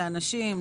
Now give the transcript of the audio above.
לאנשים,